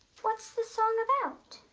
what's the song about?